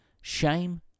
Shame